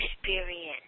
experience